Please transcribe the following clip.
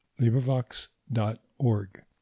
LibriVox.org